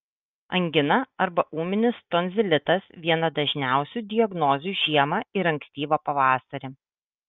angina arba ūminis tonzilitas viena dažniausių diagnozių žiemą ir ankstyvą pavasarį